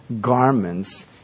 garments